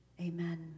Amen